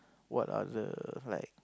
what are the like